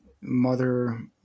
Mother